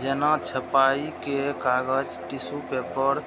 जेना छपाइ के कागज, टिशु पेपर,